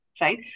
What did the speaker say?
right